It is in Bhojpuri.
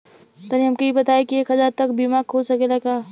तनि हमके इ बताईं की एक हजार तक क बीमा खुल सकेला का?